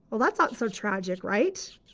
but that's not so tragic, right?